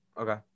Okay